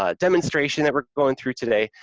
ah demonstration that we're going through today,